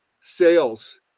sales